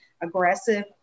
aggressive